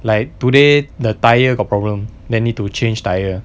like today the tyre got problem then need to change tyre